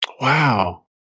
Wow